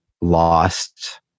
lost